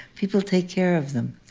people take care of them.